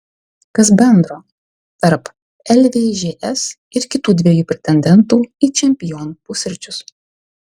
kas bendro tarp lvžs ir kitų dviejų pretendentų į čempionų pusryčius